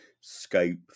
scope